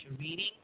reading